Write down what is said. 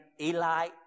Eli